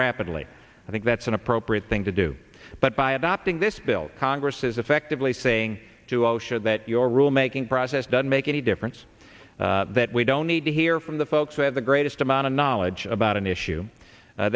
rapidly i think that's an appropriate thing to do but by adopting this bill congress is effectively saying to osha that your rule making process doesn't make any difference that we don't need to hear from the folks with the greatest amount of knowledge about an issue